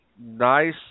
nice